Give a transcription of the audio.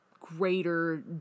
greater